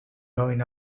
going